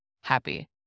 happy